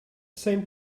same